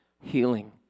Healing